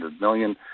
million